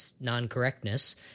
non-correctness